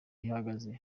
ihagaze